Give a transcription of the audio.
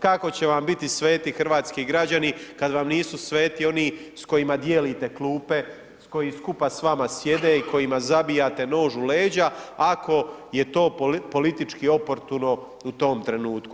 Kako će vam biti sveti hrvatski građani kad vam nisu sveti oni s kojima dijelite klupe, koji skupa s vama sjede i kojima zabijate nož u leđa, ako je to politički oportuno u tom trenutku.